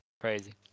Crazy